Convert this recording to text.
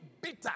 bitter